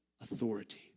authority